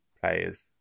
players